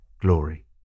glory